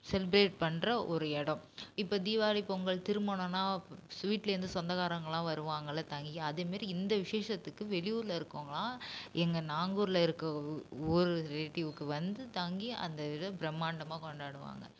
celebrate பண்ணுற ஒரு இடோம் இப்போ தீபாவளி பொங்கல் திருமணன்னா ஸ் வீட்லர்ந்து சொந்தக்காரங்கள்லாம் வருவாங்கள்ல அதே மாரி இந்த விசேஷத்துக்கு வெளியூரில் இருக்கவங்கள்லாம் எங்கள் நாங்கூரில் இருக்க ஒவ்வொரு ரிலேட்டிவ்க்கு வந்து தங்கி அந்த இதை பிரமாண்டமாக கொண்டாடுவாங்க